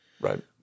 right